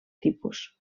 tipus